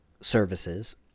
services